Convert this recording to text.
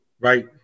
right